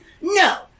No